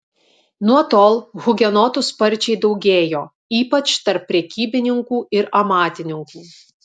nuo tol hugenotų sparčiai daugėjo ypač tarp prekybininkų ir amatininkų